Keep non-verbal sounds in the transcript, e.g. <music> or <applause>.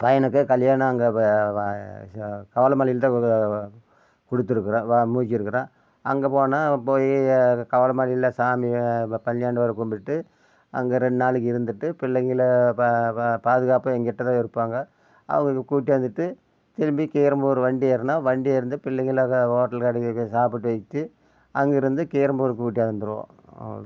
பையனுக்கு கல்யாணம் அங்கே <unintelligible> மலையில் தான் கொடுத்துருக்குறோம் வ முடிச்சிருக்கிறோம் அங்கே போனால் போய் <unintelligible> மலையில் சாமி பழனியாண்டவரை கும்பிட்டு அங்கே ரெண்டு நாளைக்கு இருந்துட்டு பிள்ளைங்களை பா பா பாதுகாப்பாக எங்கிட்ட தான் இருப்பாங்கள் அவங்களுக்கு கூட்டியாந்துட்டு திரும்பி கீரமோடு வண்டி ஏறுனால் வண்டியிலருந்து பிள்ளைங்களை ஹோட்டல் கடைக்கு போய் சாப்பிட வைத்து அங்கேருந்து கீரமோடு கூட்டியாந்துடுவோம் அவ்வளோதான்